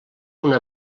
una